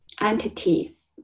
entities